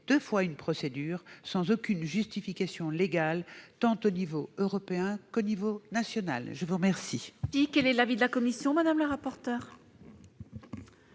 deux fois une procédure sans aucune justification légale, tant au niveau européen que national. Quel